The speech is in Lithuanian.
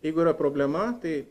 jeigu yra problema tai